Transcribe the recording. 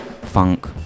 funk